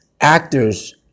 Actors